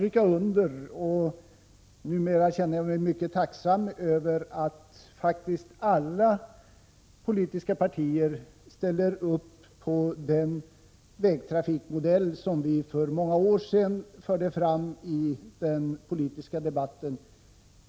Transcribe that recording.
Jag känner mig numera mycket tacksam över, och jag vill gärna understryka, att faktiskt alla politiska partier ställde upp på den vägtrafikmodell som vi för många år sedan förde fram i den politiska debatten.